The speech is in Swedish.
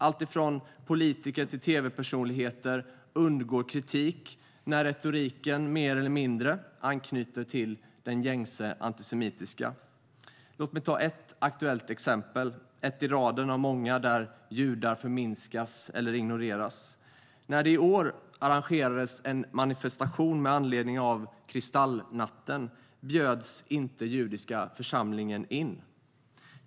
Alltifrån politiker till tv-personligheter undgår kritik när retoriken mer eller mindre anknyter till den gängse antisemitiska. Låt mig ta ett aktuellt exempel, ett i raden av många där judar förminskas eller ignoreras. När det i år arrangerades en manifestation med anledning av kristallnatten bjöds inte judiska församlingen in.